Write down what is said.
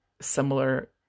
similar